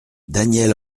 daniel